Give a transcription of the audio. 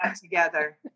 together